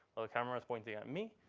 the camera is pointing at me.